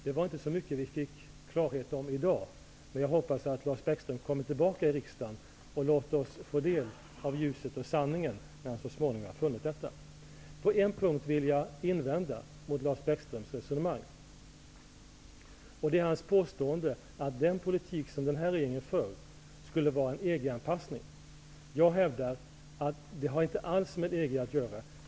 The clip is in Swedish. Det var inte så mycket som vi fick klarhet om i dag, men jag hoppas att Lars Bäckström kommer tillbaka till riksdagen och låter oss få del av ljuset och sanningen, när han så småningom har funnit detta. På en punkt vill jag invända mot Lars Bäckströms resonemang och Vänsterpartiets påstående att den politik som denna regering för skulle vara en EG anpassning. Jag hävdar att det inte alls har med EG att göra.